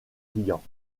client